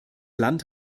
land